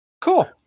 Cool